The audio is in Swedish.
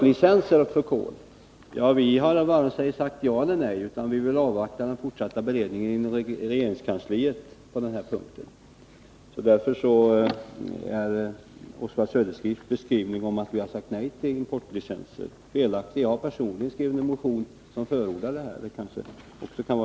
Vi har sagt varken ja eller nej till importlicenser för kolet, utan vi vill avvakta den fortsatta beredningen i regeringskansliet på den här punkten. Därför är Oswald Söderqvists beskrivning av att vi har sagt nej till importlicenser felaktig. Jag har personligen skrivit en motion som förordar detta.